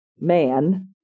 man